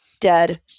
Dead